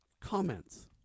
comments